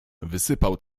wysypał